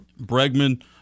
Bregman